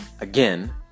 again